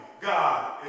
God